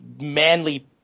manly